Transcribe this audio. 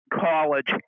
college